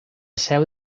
seu